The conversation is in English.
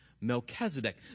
Melchizedek